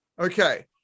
Okay